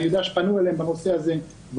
אני יודע שפנו אליהם בנושא הזה,